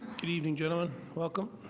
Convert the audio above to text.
good evening, gentlemen. welcome.